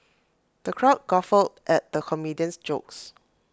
the crowd guffawed at the comedian's jokes